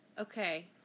okay